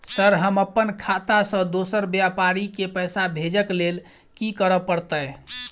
Sir हम अप्पन खाता सऽ दोसर व्यापारी केँ पैसा भेजक लेल की करऽ पड़तै?